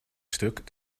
stuk